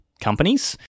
companies